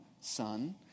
son